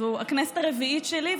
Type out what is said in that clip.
זו הכנסת הרביעית שלי,